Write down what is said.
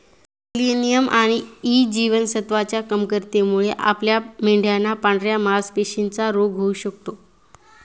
selenium आणि E जीवनसत्वच्या कमतरतेमुळे आपल्या मेंढयांना पांढऱ्या मासपेशींचा रोग होऊ शकतो